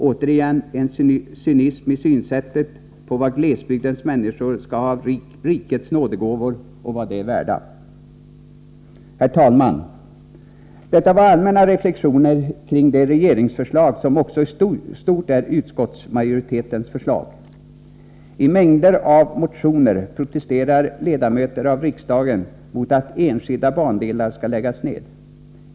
Återigen en cynism i synsättet på vad glesbygdens människor skall ha av rikets nådegåvor och vad de är värda. Herr talman! Detta var allmänna reflexioner kring det regeringsförslag som också i stort är utskottsmajoritetens förslag. I mängder av motioner protesterar ledamöter av riksdagen mot att enskilda bandelar skall läggas ner.